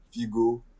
Figo